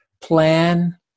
plan